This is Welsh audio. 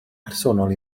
personol